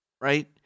Right